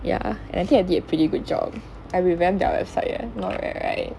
ya and I think I did a pretty good job I revamp their website leh not bad right